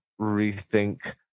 rethink